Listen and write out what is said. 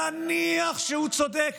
נניח שהוא צודק